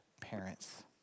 parents